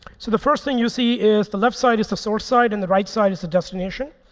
so the first thing you see is the left side is the source side and the right side is the destination.